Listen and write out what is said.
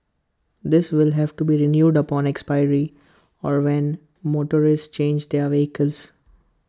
this will have to be renewed upon expiry or when motorists change their vehicles